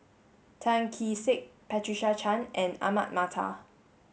Tan Kee Sek Patricia Chan and Ahmad Mattar